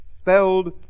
spelled